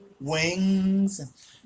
Wings